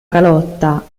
calotta